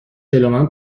جلومن